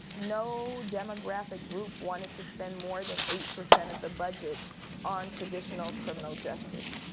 no demographic group wanted to spend more than eight percent of the budget on traditional criminal justice,